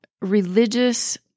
religious